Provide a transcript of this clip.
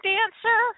Dancer